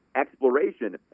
exploration